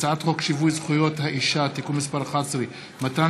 הצעת חוק שיווי זכויות האישה (תיקון מס' 11) (מתן